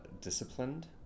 disciplined